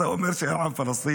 אז אתה אומר שאין עם פלסטיני?